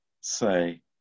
say